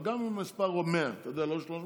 אבל גם אם המספר הוא 100 ולא 300,